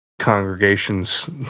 congregations